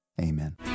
amen